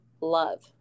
love